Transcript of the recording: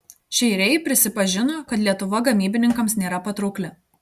šeiriai prisipažino kad lietuva gamybininkams nėra patraukli